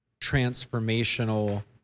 transformational